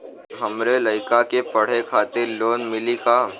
हमरे लयिका के पढ़े खातिर लोन मिलि का?